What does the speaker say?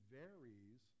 varies